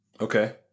Okay